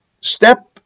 step